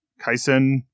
Kaisen